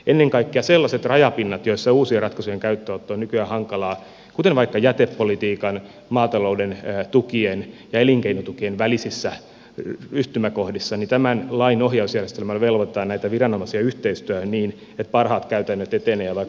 ennen kaikkea sellaisilla rajapinnoilla joilla uusien ratkaisujen käyttöönotto on nykyään hankalaa kuten vaikka jätepolitiikan maatalouden tukien ja elinkeinotukien välisissä yhtymäkohdissa tämän lain ohjausjärjestelmällä velvoitetaan näitä viranomaisia yhteistyöhön niin että parhaat käytännöt etenevät ja vaikka biokaasun käyttöönotto voisi olla helpompaa